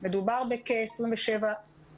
מדובר בכ-27,000 בשנה.